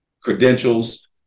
credentials